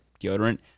deodorant